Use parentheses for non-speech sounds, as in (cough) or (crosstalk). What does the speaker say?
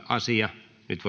(unintelligible) asia nyt (unintelligible)